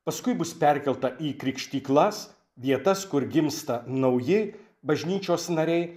paskui bus perkelta į krikštyklas vietas kur gimsta nauji bažnyčios nariai